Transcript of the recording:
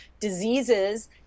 diseases